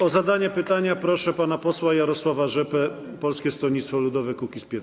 O zadanie pytania proszę pana posła Jarosława Rzepę, Polskie Stronnictwo Ludowe - Kukiz15.